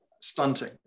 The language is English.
stunting